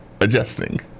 Adjusting